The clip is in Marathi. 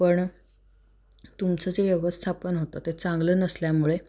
पण तुमचं जे व्यवस्थापन होतं ते चांगलं नसल्यामुळे